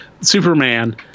superman